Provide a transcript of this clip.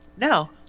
No